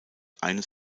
eines